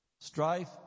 strife